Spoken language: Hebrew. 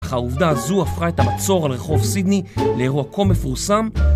אך העובדה הזו הפכה את המצור על רחוב סידני לאירוע כה מפורסם